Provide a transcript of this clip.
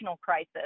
crisis